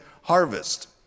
harvest